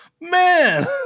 man